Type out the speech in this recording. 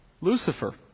Lucifer